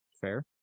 fair